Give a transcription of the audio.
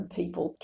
people